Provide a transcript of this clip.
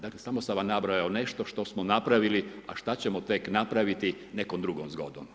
Dakle, samo sam vam nabrojao nešto što smo napravili a šta ćemo tek napraviti nekom drugom zgodom.